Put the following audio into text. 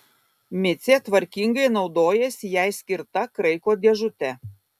micė tvarkingai naudojasi jai skirta kraiko dėžute